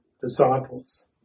disciples